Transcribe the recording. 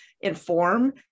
inform